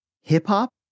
Hip-hop